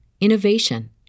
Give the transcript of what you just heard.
innovation